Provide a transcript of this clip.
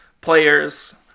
players